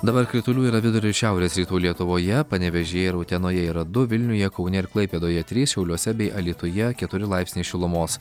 dabar kritulių yra vidurio ir šiaurės rytų lietuvoje panevėžyje ir utenoje yra du vilniuje kaune ir klaipėdoje trys šiauliuose bei alytuje keturi laipsniai šilumos